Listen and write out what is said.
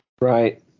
Right